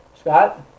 Scott